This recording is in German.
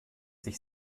sich